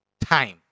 time